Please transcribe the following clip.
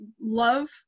love